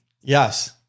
yes